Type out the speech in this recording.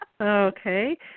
Okay